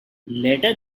later